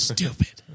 Stupid